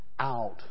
out